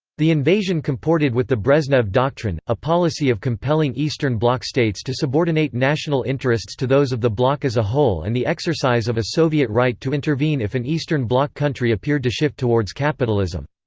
the invasion comported with the brezhnev doctrine, a policy of compelling eastern bloc states to subordinate national interests to those of the bloc as a whole and the exercise of a soviet right to intervene if an eastern bloc country appeared to shift towards capitalism.